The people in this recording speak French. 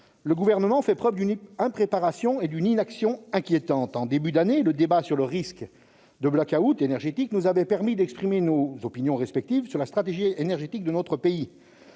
le Gouvernement fait preuve d'une impréparation et d'une inaction inquiétantes. En début d'année, le débat sur le risque de blackout énergétique nous avait permis d'exprimer nos opinions respectives sur la stratégie énergétique de notre pays.